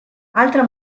altra